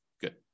Good